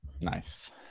Nice